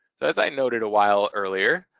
so as i noted a while earlier,